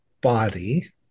body